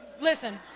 listen